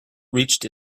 reached